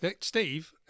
Steve